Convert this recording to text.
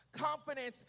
Confidence